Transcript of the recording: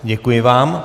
Děkuji vám.